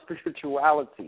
spirituality